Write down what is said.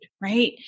right